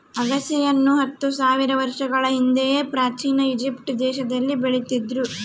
ಅಗಸೆಯನ್ನು ಹತ್ತು ಸಾವಿರ ವರ್ಷಗಳ ಹಿಂದೆಯೇ ಪ್ರಾಚೀನ ಈಜಿಪ್ಟ್ ದೇಶದಲ್ಲಿ ಬೆಳೀತಿದ್ರು